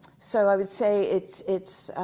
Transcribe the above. so, i would say, it's it's